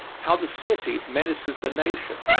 how the city menaces the nation.